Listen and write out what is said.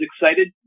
excited